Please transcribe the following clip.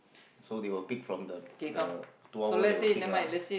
so they will pick from the the two hour they will pick lah